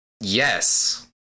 Yes